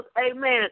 amen